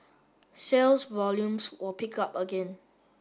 sales volumes will pick up again